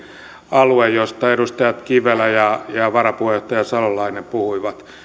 alue josta edustaja kivelä ja varapuheenjohtaja salolainen puhuivat